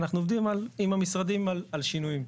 אנחנו עובדים עם המשרדים על שינויים.